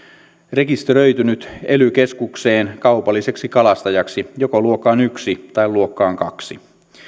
rekisteröitynyt ely keskukseen kaupalliseksi kalastajaksi joko luokkaan yksi tai luokkaan kaksi